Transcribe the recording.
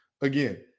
again